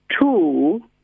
Two